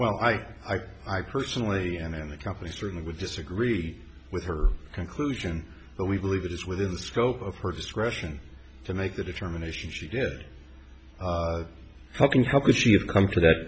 well i i i personally and the company certainly would disagree with her conclusion but we believe it is within the scope of her discretion to make the determination she did how can how could she have come to that